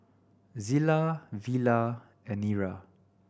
Zillah Villa and Nira